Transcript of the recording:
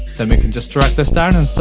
then we can just drag this down and so